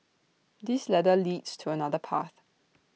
this ladder leads to another path